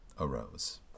arose